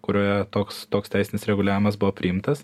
kurioje toks toks teisinis reguliavimas buvo priimtas